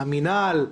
המינהל,